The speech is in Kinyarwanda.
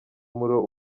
umuriro